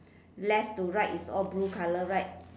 left to right is all blue colour right